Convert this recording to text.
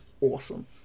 awesome